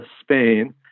Spain